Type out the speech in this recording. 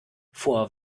vor